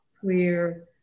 clear